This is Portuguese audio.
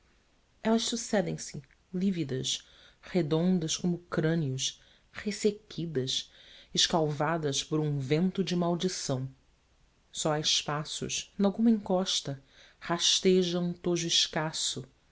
elas sucedem se lívidas redondas como crânios ressequidas escalvadas por um vento de maldição só a espaços nalguma encosta rasteja um tojo escasso